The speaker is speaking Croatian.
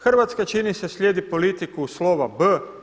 Hrvatska čini se slijedi politiku slova „b“